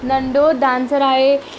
नन्ढो डांसर आहे